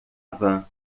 van